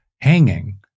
hanging